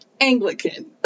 Anglican